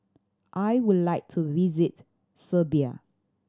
I would like to visit Serbia